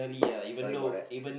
sorry about that